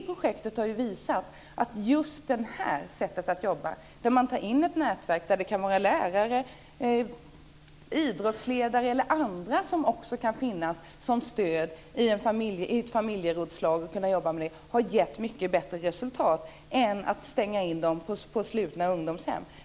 Projektet där har dock visat att arbetssättet med ett nätverk där idrottsledare eller andra kan finnas som stöd i ett familjerådslag har gett mycket bättre resultat än instängning av ungdomarna på slutna ungdomshem.